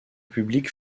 public